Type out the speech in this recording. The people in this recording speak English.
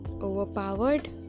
overpowered